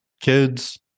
kids